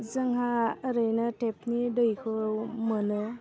जोंहा ओरैनो टेपनि दैखौ मोनो